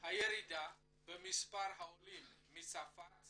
הירידה במספר העולים מצרפת